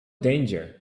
danger